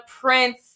Prince